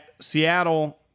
Seattle